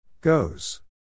Goes